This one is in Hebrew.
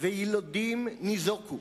ויילודים ניזוקו,